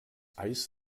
eis